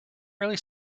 really